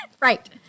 Right